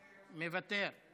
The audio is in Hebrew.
מוותר.